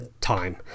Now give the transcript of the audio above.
time